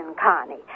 Connie